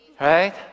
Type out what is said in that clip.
Right